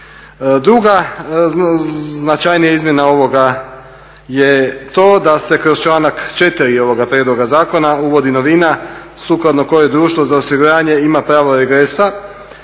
Druga značajnija izmjena ovoga je to da se kroz članak 4. ovoga prijedloga zakona uvodi novina sukladno kojoj je društvo za osiguranje ima pravo regresa,